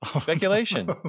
Speculation